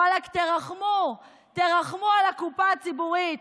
ואלכ, תרחמו, תרחמו על הקופה הציבורית.